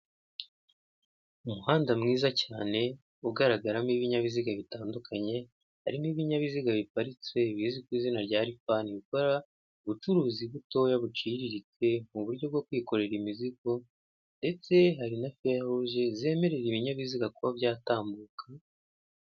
Umuhanda mwiza cyane, ugaragaramo ibinyabiziga bitandukanye, harimo ibinyabiziga biparitse, bizwi ku izina rya rifani, bikora ubucuruzi butoya buciriritse, mu buryo bwo kwikorera imizigo, ndetse hari na feruje zemerera ibinyabiziga kuba byatambuka.